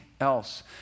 else